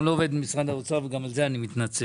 לא עובד במשרד האוצר וגם על זה אני מתנצל,